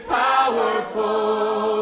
powerful